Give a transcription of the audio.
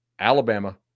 Alabama